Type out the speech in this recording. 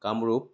Kamrup